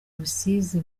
rusizi